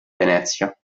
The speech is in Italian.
venezia